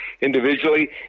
individually